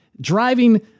driving